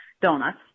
donuts